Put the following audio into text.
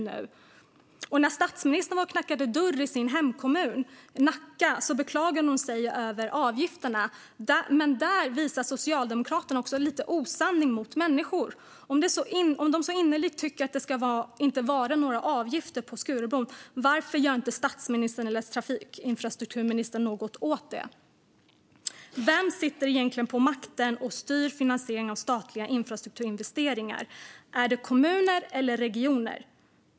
När statsministern knackade dörr i sin hemkommun Nacka beklagade hon sig över avgifterna. Men där visar Socialdemokraterna lite osanning mot människor. Om de så innerligt tycker att det inte ska vara någon avgift på Skurubron, varför gör inte statsministern eller infrastrukturministern något åt det? Vem sitter egentligen på makten och styr finansieringen av statliga infrastrukturinvesteringar? Är det kommuner eller regioner?